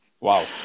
Wow